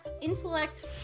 Intellect